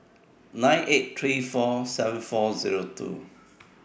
nine eight three four seven four Zero two